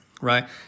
right